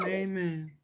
amen